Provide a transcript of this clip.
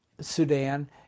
Sudan